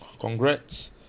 Congrats